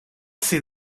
see